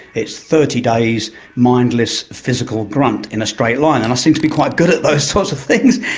it's thirty days' mindless physical grunt in a straight line, and i seem to be quite good at those sorts of things,